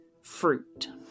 fruit